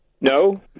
No